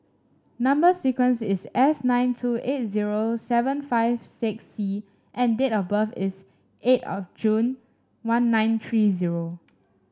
number sequence is S nine two eight zero seven five six C and date of birth is eight of June one nine three zero